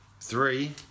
Three